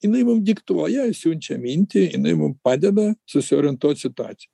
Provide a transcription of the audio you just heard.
jinai mum diktuoja siunčia mintį jinai mum padeda susiorientuot situacijoj